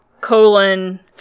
colon